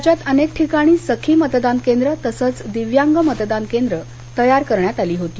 राज्यात अनेक ठिकाणी सखी मतदान केंद्र तसंच दिव्यांग मतदान केंद्र तयार करण्यात आली होती